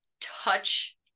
touch